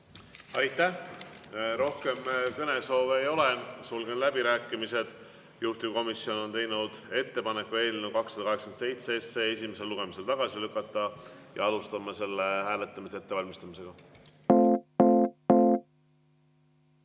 Aitäh! Rohkem kõnesoove ei ole. Sulgen läbirääkimised. Juhtivkomisjon on teinud ettepaneku eelnõu 287 esimesel lugemisel tagasi lükata. Alustame hääletamise ettevalmistamist.